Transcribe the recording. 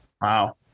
Wow